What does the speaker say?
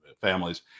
families